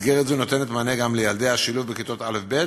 מסגרת זו נותנת מענה גם לילדי השילוב בכיתות א'-ב'.